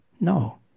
No